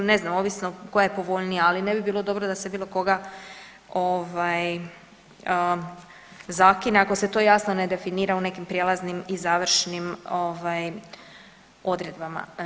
Ne znam, ovisno koja je povoljnija ali ne bi bilo dobro da se bilo koga zakine ako se to jasno ne definira u nekim prijelaznim i završnim ovaj odredbama.